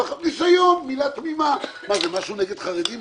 צריך ניסיון, מילה תמימה, אבל זה משהו נגד חרדים?